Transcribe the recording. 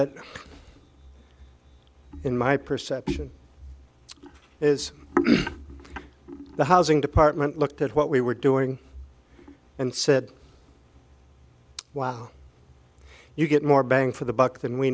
it in my perception is the housing department looked at what we were doing and said wow you get more bang for the buck than we